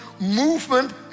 movement